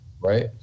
right